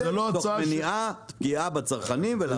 תוך מניעת פגיעה בצרכנים.